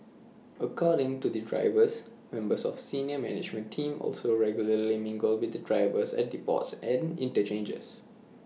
according to the drivers members of senior management team also regularly mingle with the drivers at depots and interchanges